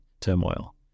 turmoil